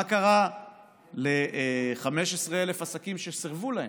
מה קרה ל-15,000 עסקים שסירבו להם?